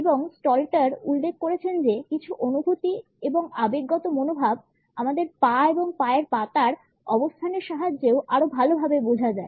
এবং স্টলটার উল্লেখ করেছেন যে কিছু অনুভূতি এবং আবেগগত মনোভাব আমাদের পা এবং পায়ের পাতার অবস্থানের সাহায্যে আরও ভালভাবে বোঝা যায়